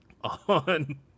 on